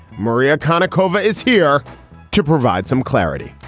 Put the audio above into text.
maria cardona cova is here to provide some clarity